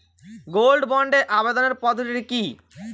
Gold বন্ডে আবেদনের পদ্ধতিটি কি?